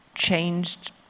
Changed